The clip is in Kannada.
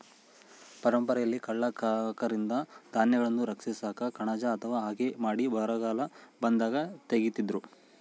ಪರಂಪರೆಯಲ್ಲಿ ಕಳ್ಳ ಕಾಕರಿಂದ ಧಾನ್ಯಗಳನ್ನು ರಕ್ಷಿಸಾಕ ಕಣಜ ಅಥವಾ ಹಗೆ ಮಾಡಿ ಬರಗಾಲ ಬಂದಾಗ ತೆಗೀತಿದ್ರು